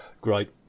great